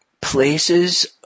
places